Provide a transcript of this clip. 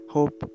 Hope